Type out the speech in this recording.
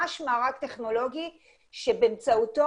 טכוגרף דיגיטלי, הגענו לזה.